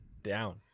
down